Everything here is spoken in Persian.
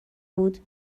بود